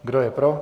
Kdo je pro?